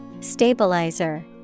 Stabilizer